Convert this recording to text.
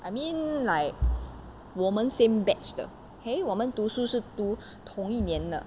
I mean like 我们 same batch 的 K 我们读书是读同一年的